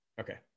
okay